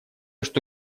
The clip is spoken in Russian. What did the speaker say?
что